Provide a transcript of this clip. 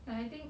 like I think